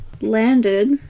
landed